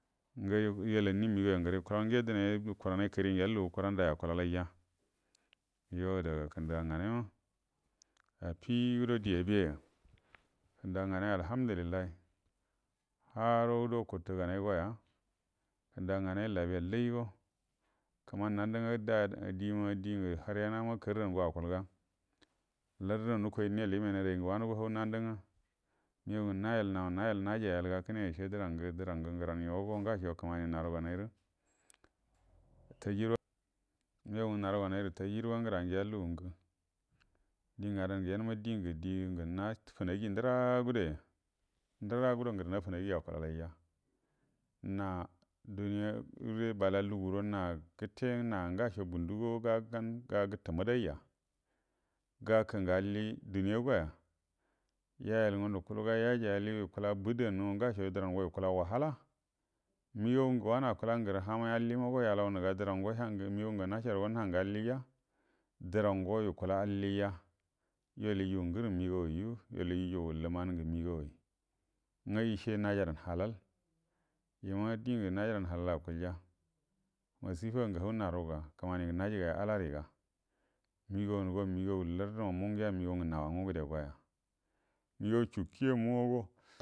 Ngu yalauni migauya agaru yakulal dine hurahan kəri ngiya lugu kuran dai akulalya yo adaga kunduga nganaima affido di abiya ya kunduga nganar alhamdulillah ha rodo kutu ganai goya kunduga nganai labiyallaigo kumani nandu nga dima dingu lanenama karrango akulga lartu nukol imenairu ayingu wanugo hau nandu nga migau nga nayel han nayel ngjayalga kune ishe durangu dranga guran yogo ngasha kumani naruganairu tajirwa migau ngu haruganairu tajirwa ugura ngiya lugu ngu dingangu yanwa dingu-dinga nafulangi duragudoya dura gudo ugru nafunagi akulalaija na duniyabe bala lugugo na gute na ugasho bunduguwa ga guttu mudaija ga kungu alli duniya goya yaya lugunda kuluga yajayalgu ykla hudu wanma ngasho durango yukula wahala migau ngu wanu akula nguru hamai alli mago yalaunuga durango yangu wugan nga nashargo yangu allija durango yakula allija yol yujugu nguram ngu migauwaiju yol yaijuga luman ugu migawai nga ishe najadan halal ima dingu najaden halal akulya wasi ta ngu hau naruga kumani ngu hau naruga kumani ngu najagaiya alariga migawango wigau larfu mu ugiya higau uga hawa ngu ngude goya wigau chu kiya mugo.